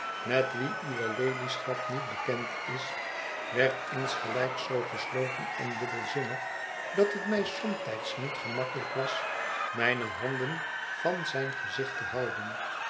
met wien uwe ladyschap niet bekend is werd insgelijks zoo gesloten en dubbelzinnig dat het mij somtijds niet gemakkelijk was mijne handen van zijn gezicht te houden